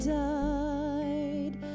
died